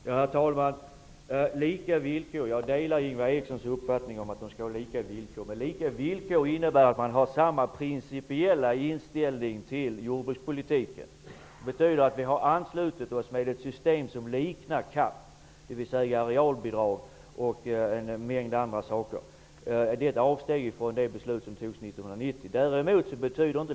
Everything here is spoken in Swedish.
Herr talman! Jag delar Ingvar Erikssons uppfattning att det skall vara lika villkor. Men lika villkor innebär att man har samma principiella inställning till jordbrukspolitiken. Det betyder att Sverige ansluts med ett system som liknar CAP reformen, vilken innebär bl.a. arealbidrag. Detta är ett avsteg från det beslut som fattades 1990.